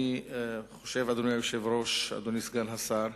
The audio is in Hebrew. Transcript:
אני חושב, אדוני היושב-ראש, אדוני סגן השר,